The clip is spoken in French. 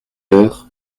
heure